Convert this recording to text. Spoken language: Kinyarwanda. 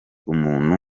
umuntu